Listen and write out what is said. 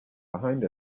behind